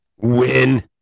win